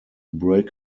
break